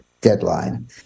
deadline